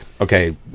Okay